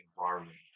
environment